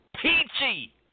Peachy